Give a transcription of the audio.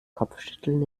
kopfschütteln